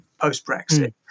post-Brexit